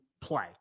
play